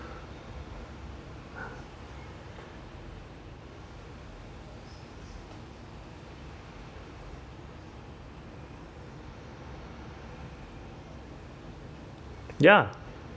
ya